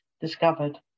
discovered